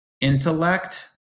intellect